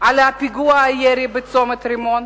על פיגוע הירי בצומת-רימון,